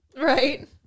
Right